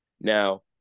Now